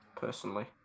personally